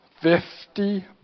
Fifty